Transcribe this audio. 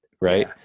right